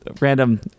random